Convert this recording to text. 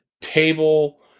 table